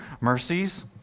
mercies